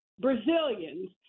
Brazilians